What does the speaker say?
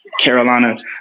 Carolina